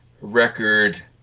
record